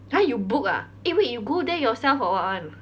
!huh! you book ah eh wait you go there yourself or what [one]